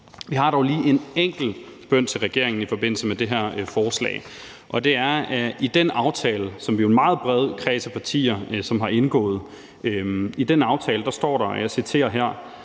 Vi har dog lige en enkelt bøn til regeringen i forbindelse med det her forslag. I den aftale, som vi jo er en meget bred kreds af partier der har indgået, står der: »Aftaleparterne er